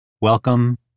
Welcome